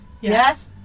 yes